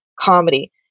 comedy